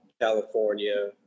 California